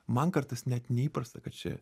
man kartais net neįprasta kad čia